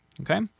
Okay